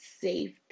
safe